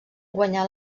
guanyà